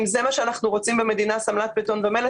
האם זה מה שאנחנו רוצים במדינה, בטון ומלט?